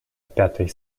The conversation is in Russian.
пятой